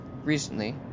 recently